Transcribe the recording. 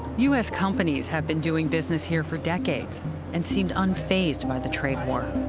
u s. companies have been doing business here for decades and seemed unfazed by the trade war.